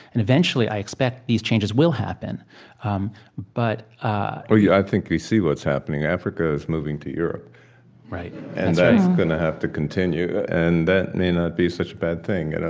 and eventually i expect these changes will happen um but ah or, yeah i think we see what's happening. africa is moving to europe right and that's going to have to continue. and that may not be such a bad thing.